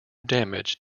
damage